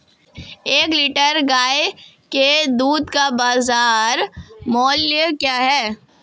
एक लीटर गाय के दूध का बाज़ार मूल्य क्या है?